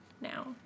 now